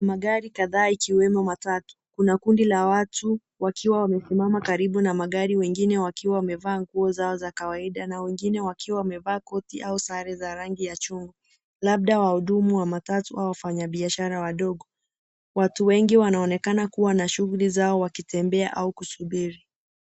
Magari kadhaa ikiwemo matatu, kuna kundi la watu wakiwa wamesimama karibu na magari mengine wakiwa wamevaa nguo zao za kawaida na wengine wakiwa wamevaa koti au sare za rangi ya chungwa. Labda wahudumu wa matatu au wafanya biashara wadogo. Watu wengi wanaonekana kuwa na shughuli zao wakitembea au kusubiri.